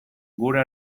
gure